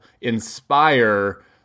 inspire